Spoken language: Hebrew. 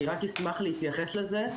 אני רק אשמח להתייחס לזה,